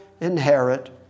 inherit